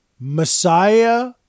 Messiah